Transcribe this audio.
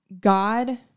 God